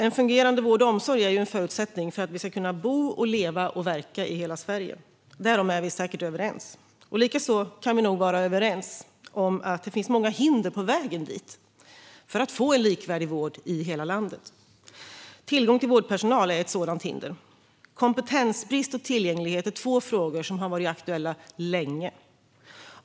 En fungerande vård och omsorg är en förutsättning för att vi ska kunna bo, leva och verka i hela Sverige. Därom är vi säkert överens. Likaså kan vi vara överens om att det finns många hinder på vägen dit för att få en likvärdig vård i hela landet. Tillgång till vårdpersonal är ett sådant hinder. Kompetensbrist och tillgänglighet är två frågor som har varit aktuella länge.